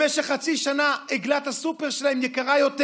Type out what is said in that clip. במשך חצי שנה עגלת הסופר שלהם יקרה יותר